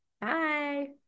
Bye